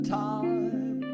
time